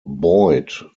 boyd